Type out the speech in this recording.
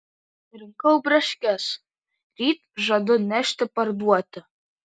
rinkau braškes ryt žadu nešti parduoti